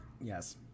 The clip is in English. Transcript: Yes